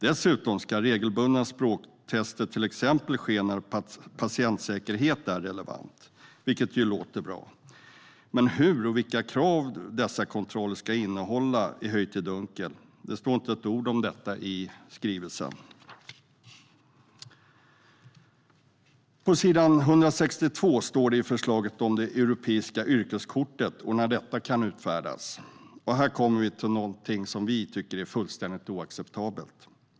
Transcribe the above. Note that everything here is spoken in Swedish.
Dessutom ska regelbundna språktester ske till exempel när patientsäkerhet är relevant, vilket ju låter bra. Men hur och vilka krav dessa kontroller ska innehålla är höljt i dunkel, det står inte ett ord om detta i skrivelsen. Herr talman! På s. 162 står det i förslaget om det europeiska yrkeskortet och när detta kan utfärdas. Och här kommer vi till något som vi tycker är fullständigt oacceptabelt.